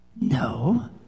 No